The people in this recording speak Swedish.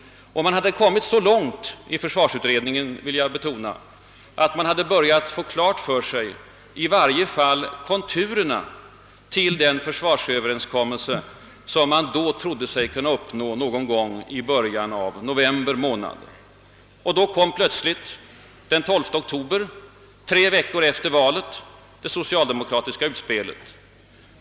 Man hade kommit så långt i försvarsutredningen, vill jag betona, att man hade börjat få klart för sig i varje fall konturerna till den försvarsöverenskommelse som man då trodde sig kunna uppnå någon gång i början av november månad. Då kom plötsligt, den 12 oktober, tre veckor efter valet, det socialdemokratiska utspelet.